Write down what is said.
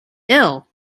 ill